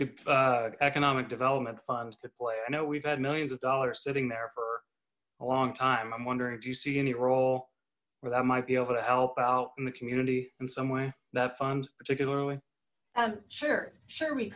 could economic development fund to play i know we've had millions of dollars sitting there for a long time i'm wondering do you see any role where that might be able to help out in the community in some way that fund particularly